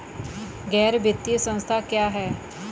गैर वित्तीय संस्था क्या है?